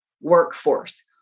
workforce